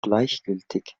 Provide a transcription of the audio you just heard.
gleichgültig